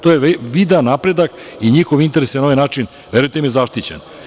To je vidan napredak i njihov interes se na ovaj način, verujte mi, zaštićen.